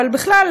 אבל בכלל,